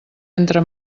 entre